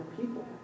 people